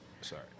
Sorry